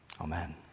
Amen